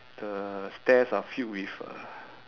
the stairs are filled with uh